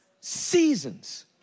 seasons